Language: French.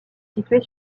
située